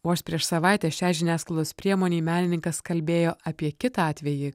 vos prieš savaitę šiai žiniasklaidos priemonei menininkas kalbėjo apie kitą atvejį